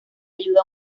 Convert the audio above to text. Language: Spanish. ayuda